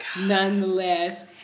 nonetheless